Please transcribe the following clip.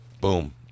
boom